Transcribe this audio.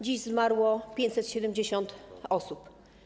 Dziś zmarło 570 osób.